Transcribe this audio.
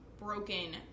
broken